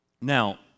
Now